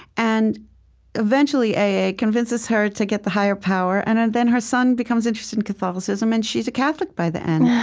and eventually a a. convinces her to get the higher power, and and then her son becomes interested in catholicism, and she's a catholic by the end.